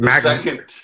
second